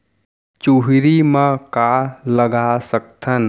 चुहरी म का लगा सकथन?